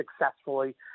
successfully